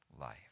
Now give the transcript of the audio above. life